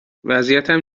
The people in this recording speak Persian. وضعیتم